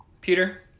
Peter